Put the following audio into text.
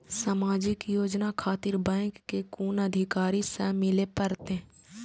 समाजिक योजना खातिर बैंक के कुन अधिकारी स मिले परतें?